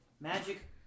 Magic